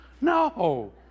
No